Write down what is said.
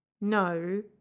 No